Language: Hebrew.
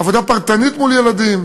עבודה פרטנית מול ילדים,